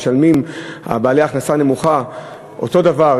משלמים בעלי ההכנסה הנמוכה אותו דבר,